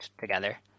together